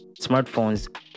smartphones